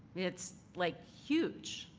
it's like huge,